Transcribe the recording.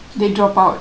they drop out